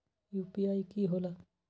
UPI कि होला?